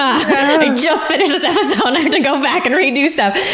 i just finished this episode and i have to go back and redo stuff.